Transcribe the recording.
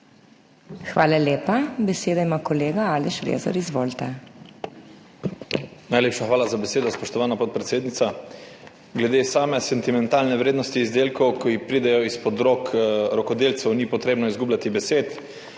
Hvala lepa. Besedo ima kolega Aleš Rezar. Izvolite. **ALEŠ REZAR (PS Svoboda):** Najlepša hvala za besedo, spoštovana podpredsednica. Glede same sentimentalne vrednosti izdelkov, ki pridejo izpod rok rokodelcev, ni treba izgubljati besed.